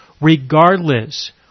regardless